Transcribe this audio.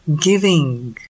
Giving